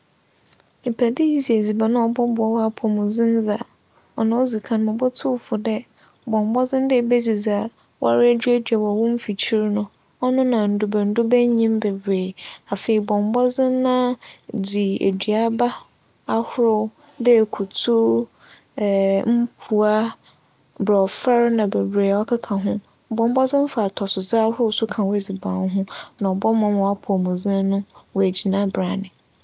Epɛ dɛ edzi edziban a ͻbͻboa w'apͻwmudzen dze a, ͻno odzi kan mobotu wo fo dɛ bͻ mbͻdzen dɛ ebedzi dza ͻwoara eduadua wͻ wo mfikyir no. ͻno na ndurba ndurba nnyim beberee. Afei, bͻ mbͻdzen na dzi eduaba ahorow dɛ ekutu, mpuwa, borͻfɛr na beberee a ͻkeka ho. Bͻ mbͻdzen fa atͻsodze ahorow so ka w'edziban ho na ͻbͻboa ma w'apͻwmudzen no egyina branne.